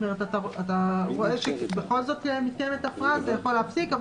זאת אומרת אתה רואה שבכל זאת אם מתקיימת ההפרעה אז אתה יכול להפסיק,